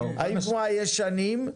האם הוא מהלקוחות הישנים,